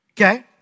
Okay